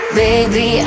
baby